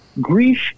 Grief